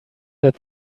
that